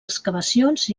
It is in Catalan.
excavacions